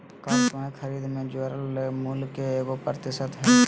कर स्वयं खरीद में जोड़ल गेल मूल्य के एगो प्रतिशत हइ